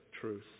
truth